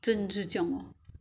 蒸这样 mah